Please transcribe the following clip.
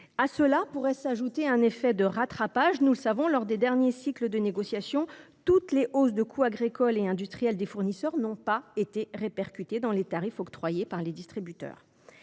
À cela pourrait s’ajouter un effet de rattrapage. Nous le savons, lors des derniers cycles de négociation, toutes les hausses de coûts agricoles et industriels des fournisseurs n’ont pas été répercutées dans les tarifs octroyés par les distributeurs.